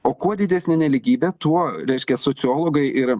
o kuo didesnė nelygybė tuo reiškias sociologai ir